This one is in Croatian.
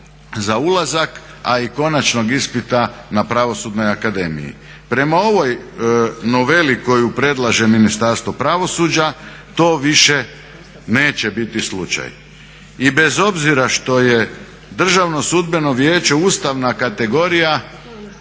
za ulazak a i konačnog ispita na Pravosudnoj akademiji. Prema ovoj noveli koju predlaže Ministarstvo pravosuđa to više neće biti slučaj. I bez obzira što je Državno sudbeno vijeće ustavna kategorija